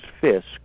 Fisk